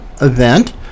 event